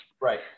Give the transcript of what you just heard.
Right